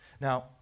Now